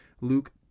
Luke